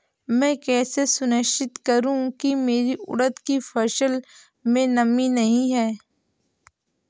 मैं कैसे सुनिश्चित करूँ की मेरी उड़द की फसल में नमी नहीं है?